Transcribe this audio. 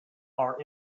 are